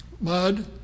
mud